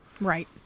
Right